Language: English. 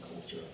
culture